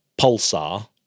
pulsar